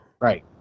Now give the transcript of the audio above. Right